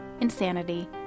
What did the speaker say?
insanity